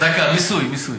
מיסוי,